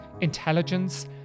intelligence